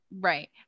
Right